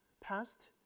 past